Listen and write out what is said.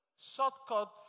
Shortcuts